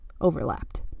overlapped